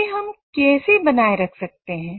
इसे हम कैसे बनाए रख सकते हैं